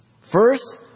First